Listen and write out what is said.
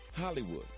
hollywood